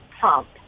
pump